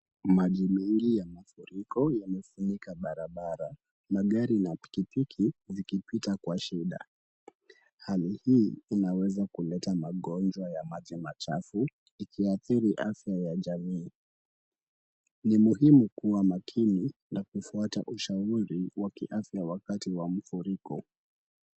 Maji mingi ya mafuriko yamefunika barabara magari na pikipiki zikipita kwa shida. Hali hii inaweza kuleta magonjwa ya maji machafu ikiathiri afya ya jamii. Ni muhimu kuwa makini na kufuata ushauri wa kiafya wakati wa mafuriko.